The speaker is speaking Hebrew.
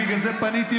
בגלל זה פניתי,